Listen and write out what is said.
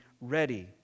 ready